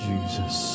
Jesus